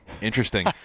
Interesting